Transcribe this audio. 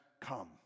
come